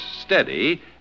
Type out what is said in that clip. steady